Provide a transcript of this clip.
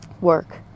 work